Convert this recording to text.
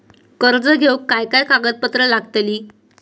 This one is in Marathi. कर्ज घेऊक काय काय कागदपत्र लागतली?